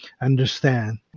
understand